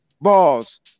Balls